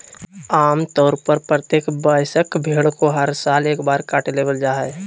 आम तौर पर प्रत्येक वयस्क भेड़ को हर साल एक बार काट लेबल जा हइ